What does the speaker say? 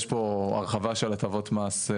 יש פה הרחבה של הטבות מס,